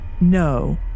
no